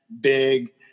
big